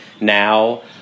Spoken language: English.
now